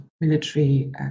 military